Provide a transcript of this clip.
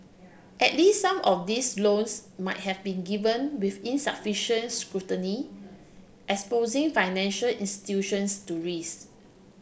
at least some of these loans might have been given with insufficient scrutiny exposing financial institutions to risk